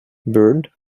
burned